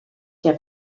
der